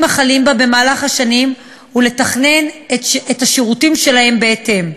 החלים בה במהלך השנים ולתכנן את השירותים שלהם בהתאם.